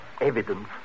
evidence